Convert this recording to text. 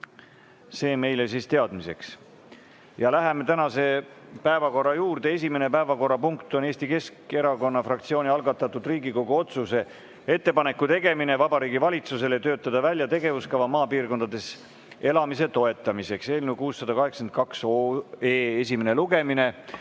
liikme Jaak Aabi. Läheme tänase päevakorra juurde. Esimene päevakorrapunkt on Eesti Keskerakonna fraktsiooni algatatud Riigikogu otsuse "Ettepaneku tegemine Vabariigi Valitsusele töötada välja tegevuskava maapiirkondades elamise toetamiseks" eelnõu 682 esimene lugemine.